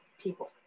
people